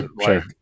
sure